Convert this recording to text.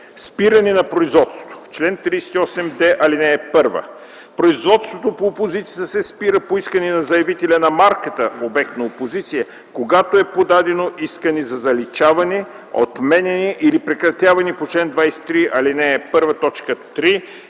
Спиране на производството Чл. 38д. (1) Производството по опозицията се спира по искане на заявителя на марката – обект на опозиция, когато е подадено искане за заличаване, отменяне или прекратяване по чл. 23, ал. 1, т. 3